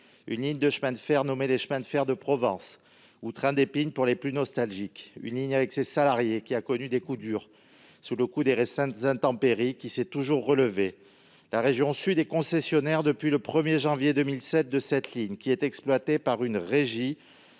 la ligne des chemins de fer de Provence, ou train des pignes pour les plus nostalgiques. Une ligne qui, avec ses salariés, a connu des coups durs, notamment à la suite des récentes intempéries, et qui s'est toujours relevée. La région Sud est concessionnaire, depuis le 1 janvier 2007, de cette ligne qui est exploitée par une régie,